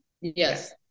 Yes